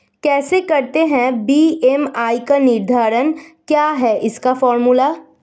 कैसे करते हैं बी.एम.आई का निर्धारण क्या है इसका फॉर्मूला?